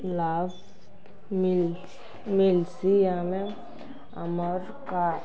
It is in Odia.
ଲାଭ୍ ମିଲ୍ ମିଲ୍ସି ଆମେ ଆମର୍ କା